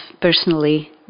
personally